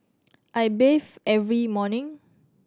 I bathe every morning